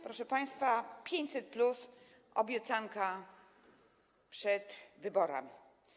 Proszę państwa, 500+ to obiecanka przed wyborami.